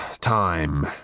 time